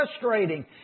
frustrating